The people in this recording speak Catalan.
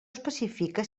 especifica